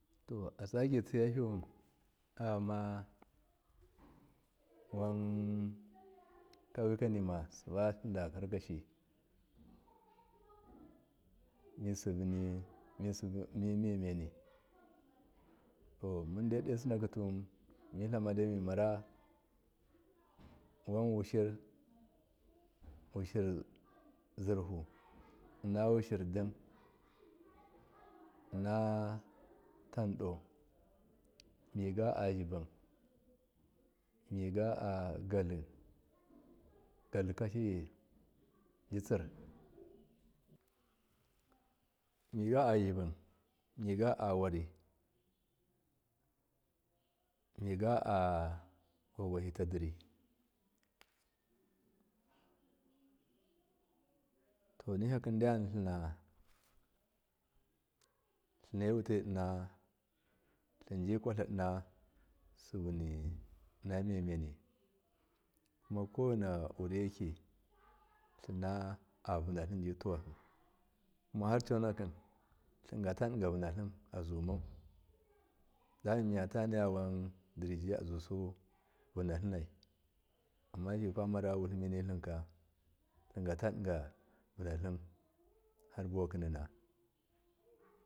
To asake tsiyahiwi ayama wan kauyikanima sabatlimda karkashi misibu mimemeni to mundai to sinakituwun mitlamadai mimara wan washir wisher sirhu inawushirdum innatando miga azyibun miga agatli gatlikashi jisir migazibun miga awari miga a vogwahi ta diri to ni ka diyantlima tlinewutai inna tliji kwake inna subini inna memeni kummako waniwuriyeki tlina avunatlin jituhaki kunmahar conaki dlingatadika vannatlinm azuwmau duma miyata naya wun diri wanazusu vunatlimmai ammafikwa marawutliminitlimka tlengatadiga vanatlim har buwaki nima.